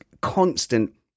constant